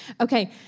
Okay